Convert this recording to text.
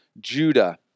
Judah